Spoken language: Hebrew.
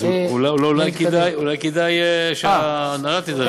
אז אולי כדאי שההנהלה תידרש לזה.